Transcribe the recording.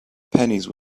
pennies